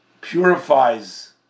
purifies